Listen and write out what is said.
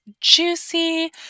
juicy